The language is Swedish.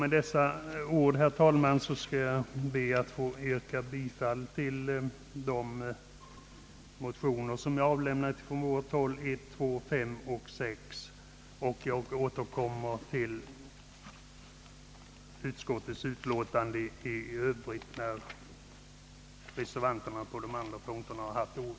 Med dessa ord ber jag att få yrka bifall till de reservationer som avlämnats från vårt håll, nämligen nr 1, 2, 5 och 6. Jag återkommer till utskottets utlåtande i övrigt sedan reservanterna på de övriga punkterna haft ordet.